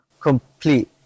complete